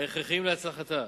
ההכרחיים להצלחתה.